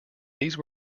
these